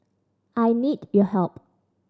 I need your help